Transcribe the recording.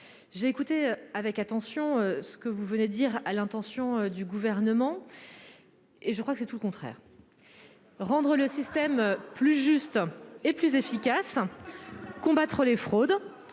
J'ai écouté avec attention ce que vous venez dire à l'intention du gouvernement. Et je crois que c'est tout le contraire. Rendre le système plus juste et plus efficace. Combattre les fraudes.